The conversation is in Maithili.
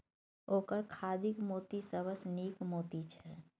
ओकर खाधिक मोती सबसँ नीक मोती छै